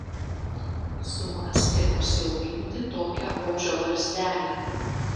sumąstė užsiauginti tokią ožio barzdelę